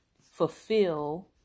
fulfill